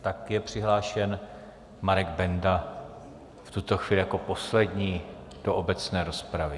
Tak je přihlášen Marek Benda v tuto chvíli jako poslední do obecné rozpravy.